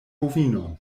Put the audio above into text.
bovinon